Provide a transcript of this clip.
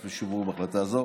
כפי שהועברו בהחלטה זו,